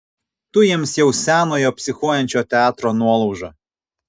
tu jiems jau senojo psichuojančio teatro nuolauža